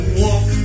walk